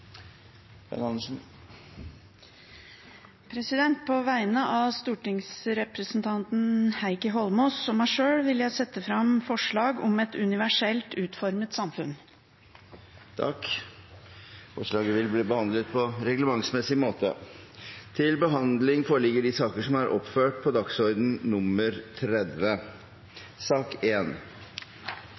Andersen vil fremsette et representantforslag. På vegne av stortingsrepresentanten Heikki Eidsvoll Holmås og meg sjøl vil jeg sette fram forslag om et universelt utformet samfunn. Forslaget vil bli behandlet på reglementsmessig måte. Etter ønske fra helse- og omsorgskomiteen vil presidenten foreslå at taletiden blir begrenset til